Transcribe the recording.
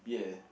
ya